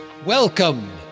Welcome